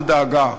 אל דאגה,